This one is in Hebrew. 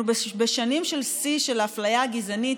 אנחנו בשנים של שיא של אפליה גזענית,